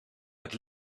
het